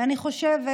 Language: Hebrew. אני חושבת